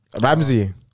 Ramsey